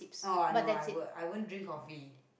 oh I know I work I won't drink coffee